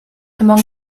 among